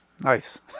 Nice